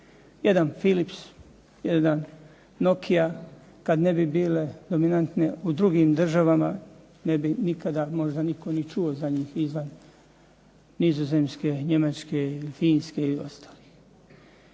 Jedan Phillips, jedna Nokia kad ne bi bile dominantne u drugim državama ne bi nikada možda nitko ni čuo za njih izvan Nizozemske, Njemačke ili Finske i ostali.